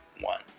one